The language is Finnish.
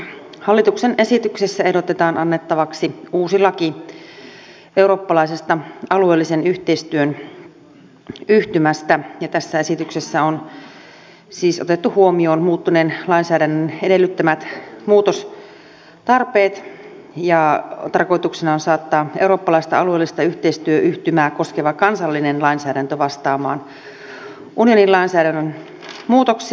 tässä hallituksen esityksessä ehdotetaan annettavaksi uusi laki eurooppalaisesta alueellisen yhteistyön yhtymästä ja tässä esityksessä on siis otettu huomioon muuttuneen lainsäädännön edellyttämät muutostarpeet ja tarkoituksena on saattaa eurooppalaista alueellista yhteistyöyhtymää koskeva kansallinen lainsäädäntö vastaamaan unionin lainsäädännön muutoksia